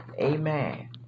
Amen